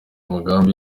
umugambi